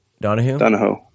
Donahue